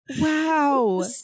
Wow